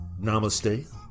Namaste